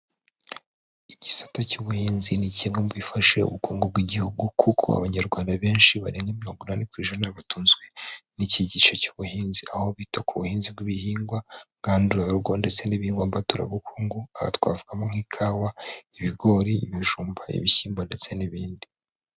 Igisate cy'ubuhinzi ni kimwe mu bifashe ubukungu bw'Igihugu, kuko Abanyarwanda benshi barenga mirongo inani ku ijana, batunzwe n'iki gice cy'ubuhinzi. Aho bita ku buhinzi bw'ibihingwa ngandurarugo, ndetse n'ibihingwa mbaturabukungu. Aha twavuga nk'ikawa, ibigori, ibijumba, ibishyimbo ndetse n'ibindi.